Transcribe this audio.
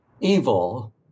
evil